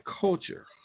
culture